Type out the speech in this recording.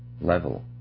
level